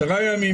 עשרה ימים,